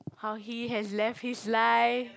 how he has left his life